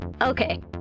Okay